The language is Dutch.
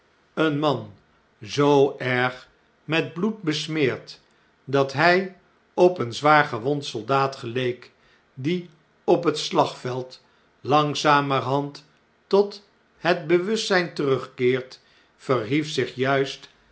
een man zoo erg met bloed besmeerd dat hij op een zwaargewond soldaat geleek die op het slagveld langzamerhand tot het bewustzjjn terugkeert verhief zich juist